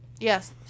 Yes